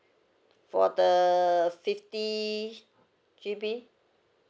for the fifty G_B